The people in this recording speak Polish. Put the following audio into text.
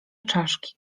czaszki